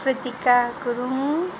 Ritika Gurung